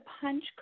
punch